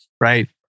right